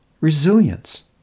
resilience